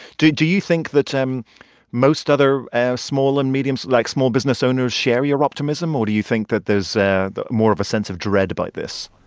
do do you think that um most other small and medium like, small business owners share your optimism, or do you think that there's ah more of a sense of dread about this?